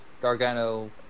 Gargano